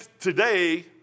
today